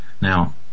Now